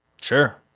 Sure